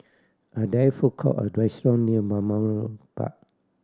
are there food court or restaurant near Balmoral Park